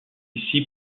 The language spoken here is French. ici